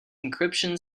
encryption